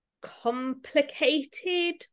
complicated